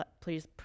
Please